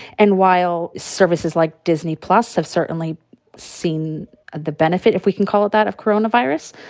and while services like disney plus have certainly seen the benefit, if we can call it that, of coronavirus,